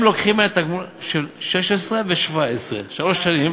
הם לוקחים מהתגמול של 2016 ו-2017, שלוש שנים,